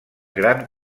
gran